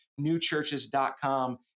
newchurches.com